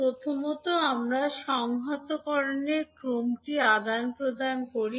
প্রথমত আমরা সংহতকরণের ক্রমটিকে আদান প্রদান করি